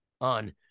on